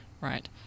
Right